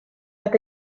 eta